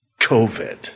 COVID